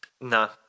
No